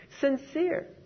Sincere